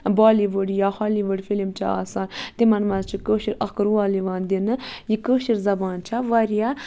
بالی وُڈ یا Hollywood film چھِ آسان تِمَن منٛز چھِ کٲشِر اَکھ رول یِوان دِنہٕ یہِ کٲشِر زبان چھےٚ واریاہ